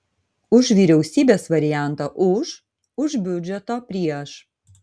už vyriausybės variantą už už biudžeto prieš